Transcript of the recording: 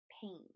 pain